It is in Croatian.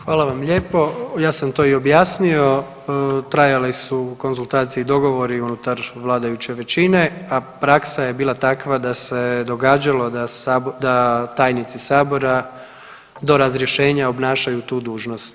Hvala vam lijepo, ja sam to i objasnio, trajali su konzultacije i dogovori unutar vladajuće većine, a praksa je bila takva da se događalo da tajnici sabora do razrješenja obnašaju tu dužnost.